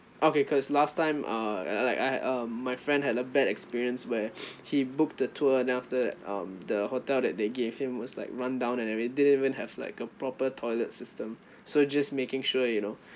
okay cause last time uh I like I hav~ um my friend had a bad experience where he booked the tour and then after that um the hotel that they gave him was like run-down and then they didn't even have like a proper toilet system so just making sure you know